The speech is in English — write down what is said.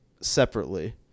separately